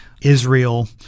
Israel